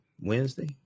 Wednesday